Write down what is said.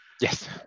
Yes